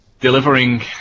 delivering